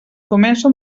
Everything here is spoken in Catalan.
comença